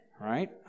right